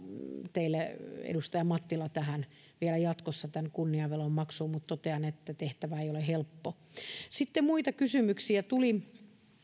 teille edustaja mattila tähän vielä jatkossa tämän kunniavelan maksun mutta totean että tehtävä ei ole helppo sitten muita kysymyksiä tuli